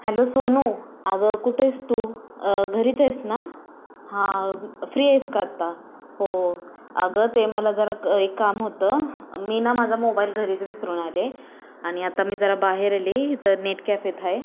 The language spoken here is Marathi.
हॅलो सोनू आगं कुठे आहेस तू घरीच आहेस ना हां फ्री आहेस का आता हो आगं ते मला जरा क एक काम होतं मी ना माझा मोबाईल घरीच विसरून आले आणि आता मी जरा बाहेर आली तर नेट कॅफेत आहे